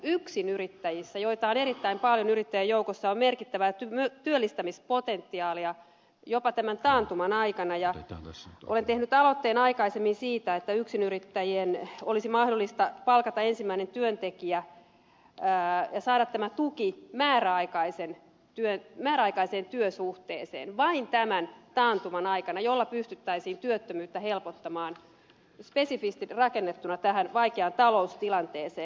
yksinyrittäjissä joita on erittäin paljon yrittäjäjoukossa on merkittävää työllistämispotentiaalia jopa tämän taantuman aikana ja olen tehnyt aloitteen aikaisemmin siitä että yksinyrittäjien olisi mahdollista palkata ensimmäinen työntekijä ja saada tämä tuki määräaikaiseen työsuhteeseen vain tämän taantuman aikana millä pystyttäisiin työttömyyttä helpottamaan spesifisti rakennettuna tähän vaikeaan taloustilanteeseen